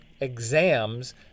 exams